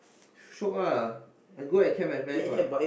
shiok ah I good at chem and math what